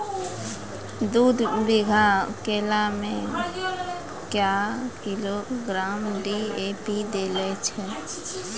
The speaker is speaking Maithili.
दू बीघा केला मैं क्या किलोग्राम डी.ए.पी देले जाय?